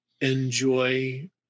enjoy